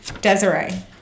Desiree